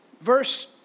verse